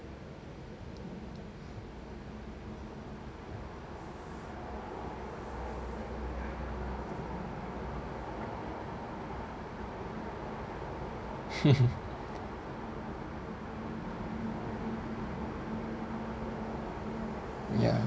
ya